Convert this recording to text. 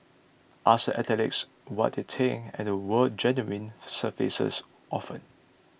ask the athletes what they think and the word genuine surfaces often